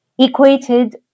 equated